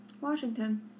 Washington